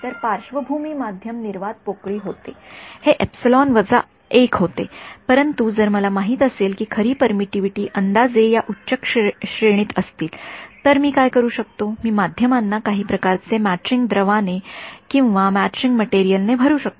तर पार्श्वभूमी माध्यम निर्वात पोकळी होते हे होते परंतु जर मला माहित असेल की खरी परमिटिव्हिटीअंदाजे या उच्च श्रेणीत असतील तर मी काय करू शकतो मी माध्यमांना काही प्रकारचे मॅचिंग द्रवाने किंवा मॅचिंग मटेरियल ने भरू शकतो